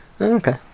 Okay